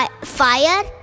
Fire